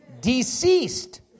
deceased